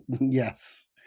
Yes